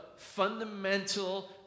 fundamental